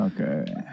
Okay